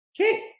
okay